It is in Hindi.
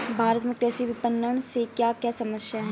भारत में कृषि विपणन से क्या क्या समस्या हैं?